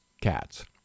cats